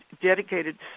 dedicated